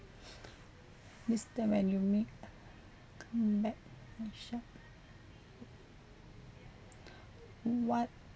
this one when you make come back and shut what